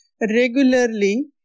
regularly